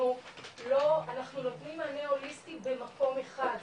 אנחנו נותנים מענה הוליסטי במקום אחד,